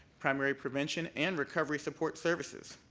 primary prevention and recovery support services.